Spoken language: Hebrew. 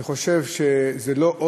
זה מה